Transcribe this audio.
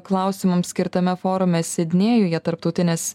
klausimams skirtame forume sidnėjuje tarptautinės